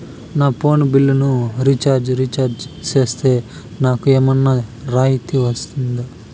నా ఫోను బిల్లును recharge recharge సేస్తే, నాకు ఏమన్నా రాయితీ వస్తుందా?